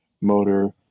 motor